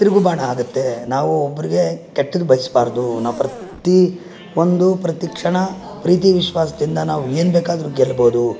ತಿರುಗುಬಾಣ ಆಗುತ್ತೆ ನಾವು ಒಬ್ಬರಿಗೆ ಕೆಟ್ಟದ್ದು ಬಯಸ್ಬಾರ್ದು ನಾವು ಪ್ರತಿ ಒಂದು ಪ್ರತಿಕ್ಷಣ ಪ್ರೀತಿ ವಿಶ್ವಾಸದಿಂದ ನಾವು ಏನ್ಬೇಕಾದರೂ ಗೆಲ್ಲಬಹುದು